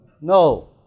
No